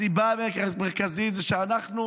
הסיבה המרכזית זה שאנחנו